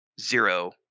zero –